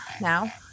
now